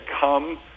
come